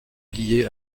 liée